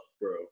bro